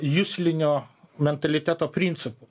juslinio mentaliteto principu